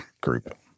group